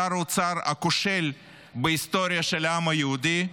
שר האוצר הכושל בהיסטוריה של העם היהודי,